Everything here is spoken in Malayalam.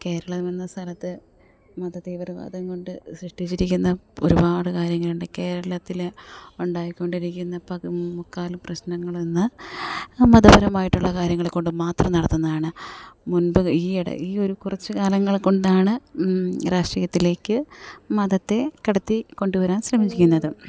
കേരളമെന്ന സ്ഥലത്ത് മതതീവ്രവാദം കൊണ്ട് സൃഷ്ടിച്ചിരിക്കുന്ന ഒരുപാട് കാര്യങ്ങളുണ്ട് കേരളത്തിൽ ഉണ്ടായിക്കൊണ്ടിരിക്കുന്ന പ മുക്കാൽ പ്രശ്നങ്ങളിന്ന് മതപരമായിട്ടുള്ള കാര്യങ്ങളെകൊണ്ട് മാത്രം നടത്തുന്നതാണ് മുൻപ് ഈ ഇട ഈ ഒരു കുറച്ചു കാലങ്ങൾ കൊണ്ടാണ് രാഷ്ട്രീയത്തിലേക്ക് മതത്തെ കടത്തി കൊണ്ടുവരാൻ ശ്രമിക്കുന്നത്